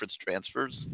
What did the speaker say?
transfers